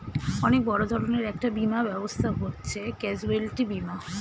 অনেক বড় ধরনের একটা বীমা ব্যবস্থা হচ্ছে ক্যাজুয়ালটি বীমা